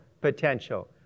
potential